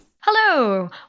Hello